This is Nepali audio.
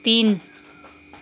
तिन